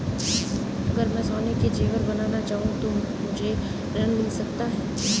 अगर मैं सोने के ज़ेवर बनाना चाहूं तो मुझे ऋण मिल सकता है?